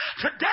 Today